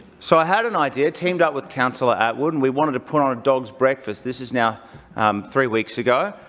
so i had an idea. teamed up with councillor atwood and we wanted to put on a dogs' breakfast. this is now um three weeks ago.